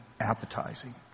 appetizing